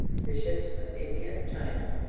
the ships of india, china,